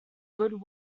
good